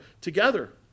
together